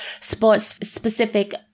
sports-specific